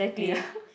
ya